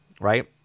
right